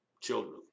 children